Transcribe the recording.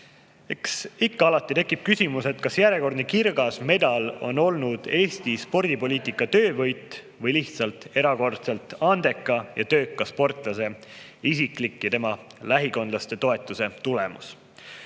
Eks alati tekib küsimus, kas järjekordne kirgas medal on olnud Eesti spordipoliitika töövõit või lihtsalt erakordselt andeka ja tööka sportlase isikliku [töö] ja tema lähikondlaste toetuse tulemus.